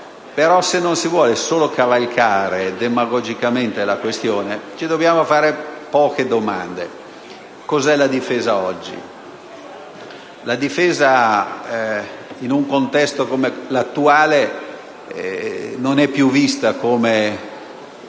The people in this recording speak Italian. se non si vuole solo cavalcare demagogicamente la questione ci dobbiamo porre poche domande. Cosa è la difesa oggi? In un contesto come l'attuale, la difesa non è più vista come